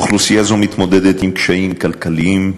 אוכלוסייה זו מתמודדת עם קשיים כלכליים,